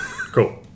Cool